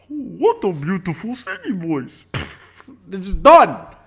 what a beautiful city boys this is done.